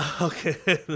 Okay